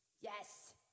Yes